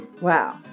Wow